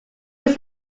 was